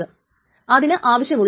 ഇത് ഒരു പ്രധാനപ്പെട്ട ഭാഗമാണ്